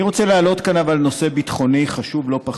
אבל אני רוצה להעלות כאן נושא ביטחוני חשוב לא פחות,